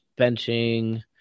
benching